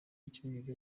y’icyongereza